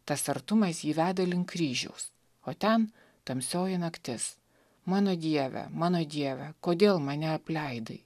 tas artumas jį veda link kryžiaus o ten tamsioji naktis mano dieve mano dieve kodėl mane apleidai